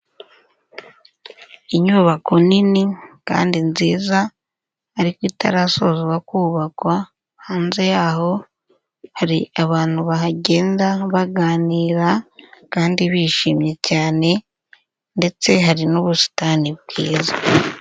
Inyubako nini kandi nziza ariko itarasozwa kubakwa, hanze yaho hari abantu bahagenda baganira kandi bishimye cyane ndetse hari n'ubusitani bwiza.